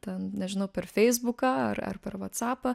ten nežinau per feisbuką ar ar per vatsapą